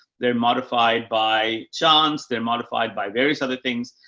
they're modified by johns, they're modified by various other things.